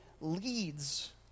leads